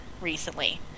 recently